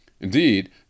Indeed